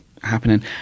happening